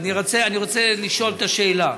אני רוצה לשאול את השאלה.